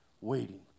waiting